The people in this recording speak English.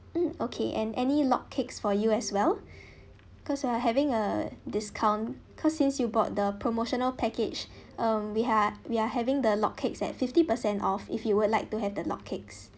mm okay and any log cakes for you as well because we are having a discount because since you bought the promotional package um we had we are having the log cakes at fifty percent off if you would like to have the log cakes